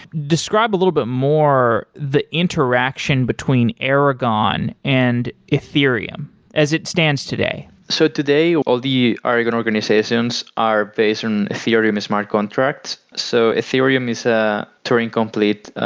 describe a little bit more the interaction between aragon and ethereum as it stands today so today, all the aragon organizations are based from ethereum smart contracts. so ethereum is a touring complete,